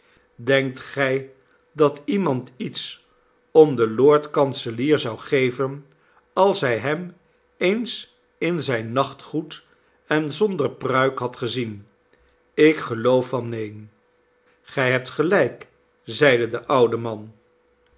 denkt gij dat iemand iets om den lord kanselier zou geven als hij hem eens in zijn nachtgoed en zonder pruik had gezien ik geloof van neen gij hebt gelijk zeide de oude man